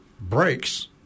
breaks